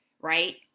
right